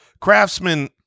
Craftsman